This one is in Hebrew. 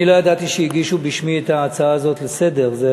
אני לא ידעתי שהגישו בשמי את ההצעה הזאת לסדר-היום,